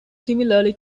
similarly